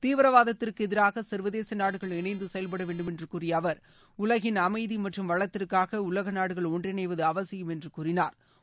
தீவிரவாதத்திற்கு எதிராக சர்வதேச நாடுகள் இணைந்து செயல்பட வேண்டும் என்று கூறிய அவர் உலகின் அமைதி மற்றும் வளத்திற்காக உலக நாடுகள் ஒன்றிணைவது அவசியம் என்று கூறினாா்